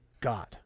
God